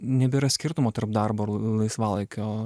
nebėra skirtumo tarp darbo ir laisvalaikio